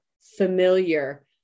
familiar